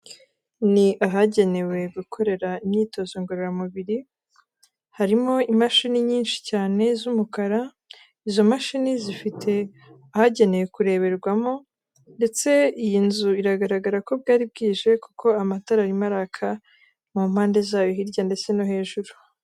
Ni ahagenewe gukorera imyitozo ngororamubiri, harimo imashini nyinshi cyane z'umukara, izo mashini zifite ahagenewe kureberwamo ndetse iyi nzu biragaragara ko bwari bwije kuko amatara arimo araka mu mpande za yo hirya ndetse no hejuru.